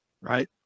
right